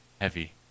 heavy